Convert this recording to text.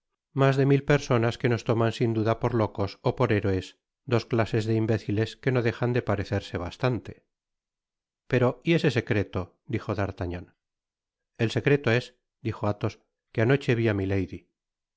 mas de mil personas que nos toman sin duda por locos ó por héroes dos clases de imbéciles que no dejan de parecerse bastante pero y ese secreto dijo d'artagnan el secreto es dijo athos que anoche vi á milady